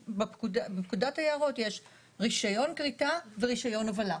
בפקודת היערות יש רישיון כריתה ורישיון הובלה,